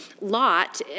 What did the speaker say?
Lot